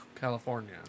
California